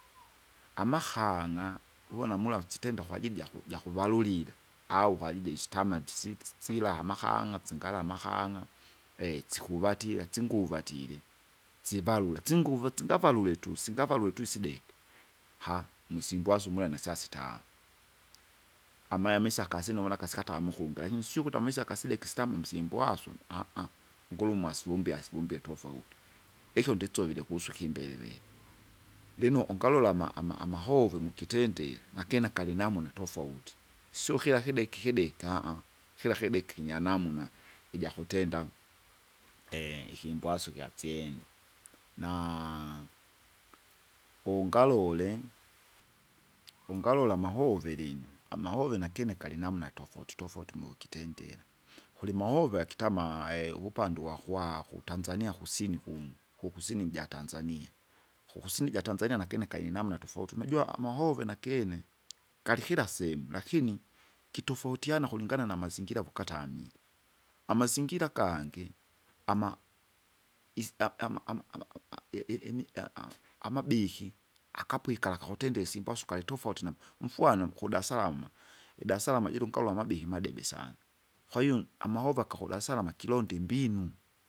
Amahana, uvona mula msitenda kwajili jaku- jakuvalulila, au kwajili jaistama ntsingi ntsila amakang'a singala amakang'a, sikuvatira singuvatire, sivarula singuve singavalule tu singavalule tu isideke, haa! msimbwasu umwene syasitamu. Amaya amisi akasyene wuna akasikata makumbe lakini sio ukuti amaisa akasideke sitamwi msimbwasu, ngurumwasu vumbia asivumbia tofaut, ikyo nditsovile kusu kimbevele, lino ungalolama ama- ama- amahovyo nikitindere, nakyene akalinamuna tofauti. Sio kira kideke ikideka, kila kideke kinya namuna, ijakutenda, ikingwasu ikyatsyene, naa, unalole, ungalole amahove lino, amahove nakyene nakyene kalinamna tofauti tofauti mukitendera. Kulimahove akitamaa uvupande uvakwa kutanzania kusini kuno, kukusini jatanzania. Kukusini ja Tanzania nakene kail namna tofauti, unajua amahove nakene, galikila semu, lakini, kitofautiana kulingana na amazingira kukatamwe, amazingira gangi, ama- isi- e- ama- ama- ama- ama- ae- i- i- imi- ea- amabihi, akapwikala kahutendele isimba usu kalitofauti na mfwano kudasalama. Idasalama jiunkalola amabihi madebe sana, kwahiyo amahovaka kudasalama kilonda imbinu.